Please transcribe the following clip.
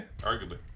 Arguably